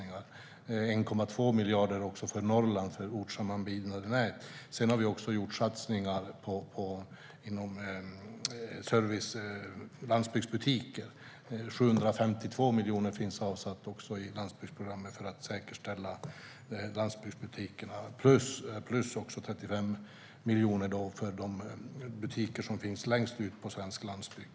Det är också 1,2 miljarder för Norrland till ortssammanbindande nät. Vi har också gjort satsningar på landsbygdsbutikerna. I landsbygdsprogrammet finns 752 miljoner avsatta för att säkerställa landsbygdsbutikerna plus 35 miljoner för de butiker som finns längst ut på svensk landsbygd.